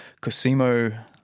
Cosimo